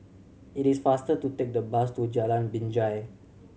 it is faster to take the bus to Jalan Binjai